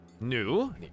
new